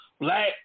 Black